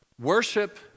Worship